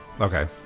Okay